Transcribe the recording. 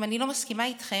אם אני לא מסכימה איתכם,